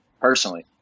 personally